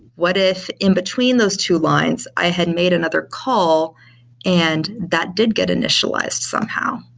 what if in between those two lines i had made another call and that did get initialized somehow?